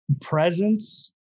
presence